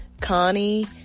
Connie